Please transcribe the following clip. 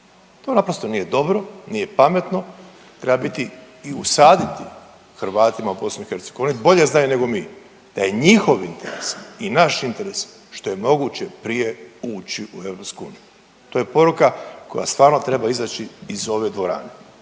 To naprosto nije dobro, nije pametno, treba biti i usaditi Hrvatima u BiH, oni bolje znaju nego mi da je njihov interes i naš interes, što je moguće prije ući u EU. To je poruka koja stvarno treba izaći iz ove dvorane,